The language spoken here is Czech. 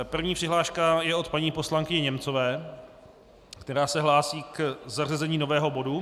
První přihláška je od paní poslankyně Němcové, která se hlásí k zařazení nového bodu.